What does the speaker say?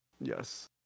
Yes